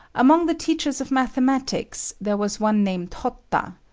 among the teachers of mathematics, there was one named hotta.